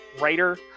writer